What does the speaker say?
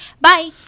Bye